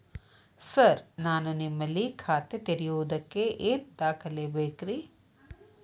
Sir ನಾನು ನಿಮ್ಮಲ್ಲಿ ಖಾತೆ ತೆರೆಯುವುದಕ್ಕೆ ಏನ್ ದಾಖಲೆ ಬೇಕ್ರಿ?